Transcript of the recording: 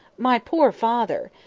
my poor father!